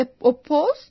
opposed